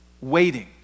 waiting